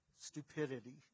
stupidity